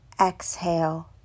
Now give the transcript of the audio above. Exhale